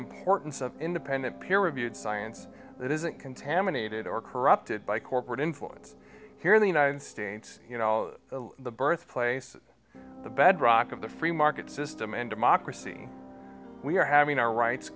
importance of independent peer reviewed science that isn't contaminated or corrupted by corporate influence here in the united states you know the birthplace the bedrock of the free market system and democracy we're having our rights